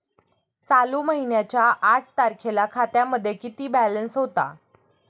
चालू महिन्याच्या आठ तारखेला खात्यामध्ये किती बॅलन्स होता?